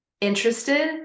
interested